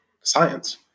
science